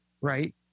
right